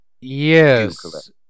Yes